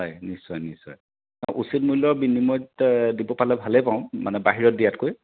হয় নিশ্চয় নিশ্চয় উচিত মূল্যৰ বিনিময়ত দিব পালে ভালে পাওঁ মানে বাহিৰত দিয়াতকৈ